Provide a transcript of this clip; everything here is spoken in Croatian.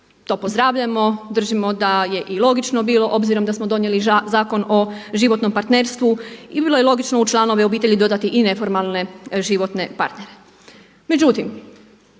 to pozdravljamo. Držimo da je i logično bilo obzirom da smo donijeli Zakon o životnom partnerstvu i bilo je logično u članove obitelji dodati i neformalne životne partnere.